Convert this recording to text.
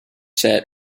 set